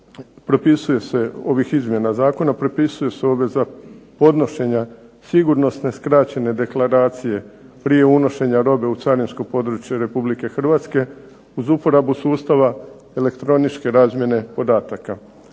članku 1. ovih izmjena zakona propisuje se obveza podnošenja sigurnosne skraćene deklaracije prije unošenja robe u carinsko područje Republike Hrvatske uz uporabu sustava elektroničke razmjene podataka.